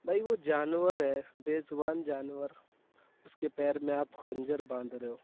بھائی وہ جانور ہے بے زبان جانور اس کے پیر میں آپ خنجر باندھ رہے ہو